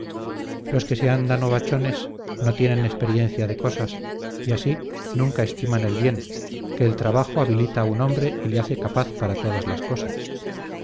los que se andan ovachones no tienen experiencia de cosas y así nunca estiman el bien que el trabajo habilita a un hombre y le hace capaz para todas las cosas